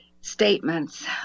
statements